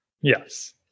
Yes